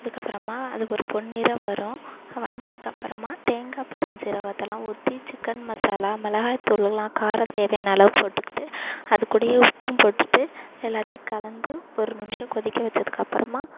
அதுக்கப்புறமா அது ஒரு பொன்னிறம் வரும் வந்ததுக்கப்புறமா தேங்காய் பெருஞ்சீரகத்தலாம் ஊற்றி சிக்கன் மசாலா மிளகாய்த்தூளுலாம் காரம் தேவையான அளவு போட்டுக்கிட்டு அது கூடவே உப்பும் போட்டுகிட்டு எல்லாத்தையும் கலந்து ஒரு நிமிஷம் கொதிக்க வச்சதுக்கப்புறமா